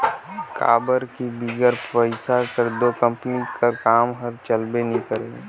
काबर कि बिगर पइसा कर दो कंपनी कर काम हर चलबे नी करे